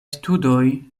studoj